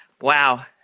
Wow